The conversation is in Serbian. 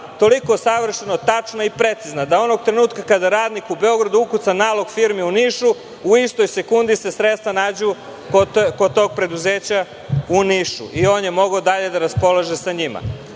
toliko savršeno tačna i precizna, da onog trenutka kada radnik u Beogradu ukuca nalog firmi u Nišu, u istoj sekundi se sredstva nađu kod tog preduzeća u Nišu i on je mogao dalje da raspolaže sa njima. Zbog